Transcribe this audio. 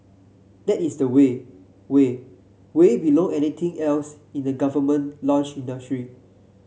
that is the way way way below anything else in the government launch industry